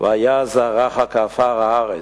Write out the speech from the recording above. "והיה זרעך כעפר הארץ",